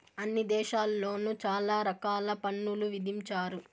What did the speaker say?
అన్ని దేశాల్లోను చాలా రకాల పన్నులు విధించారు